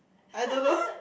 I don't know